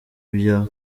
byo